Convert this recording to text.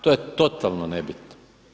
To je totalno nebitno.